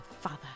father